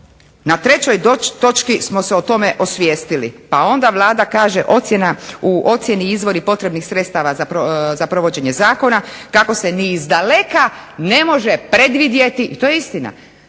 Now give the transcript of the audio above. na trećoj točki smo se o tome osvijestili pa onda Vlada kaže u ocjeni izvori potrebnih sredstava za provođenje zakona kako se ni izdaleka ne može predvidjeti, to je istina,